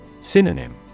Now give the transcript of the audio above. Synonym